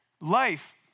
life